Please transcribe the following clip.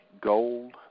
gold